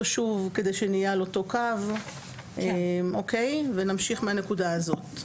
שוב כדי שנהיה על אותו קו ונמשיך מהנקודה הזאת.